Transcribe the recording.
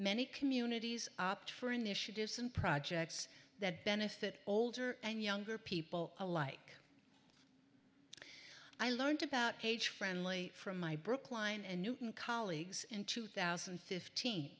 many communities opt for initiatives and projects that benefit older and younger people alike i learned about page friendly from my brookline and newton colleagues in two thousand and fifteen